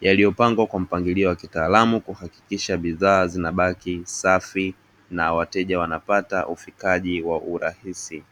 yaliyopangwa kwa mpangilio wa kitaalamu, kisha bidhaa zinabaki safi na wateja wanapata ufikaji wa urahisi.